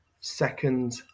Second